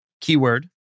keyword